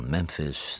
Memphis